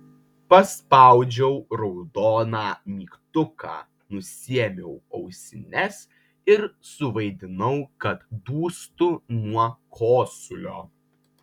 paspaudžiau raudoną mygtuką nusiėmiau ausines ir suvaidinau kad dūstu nuo kosulio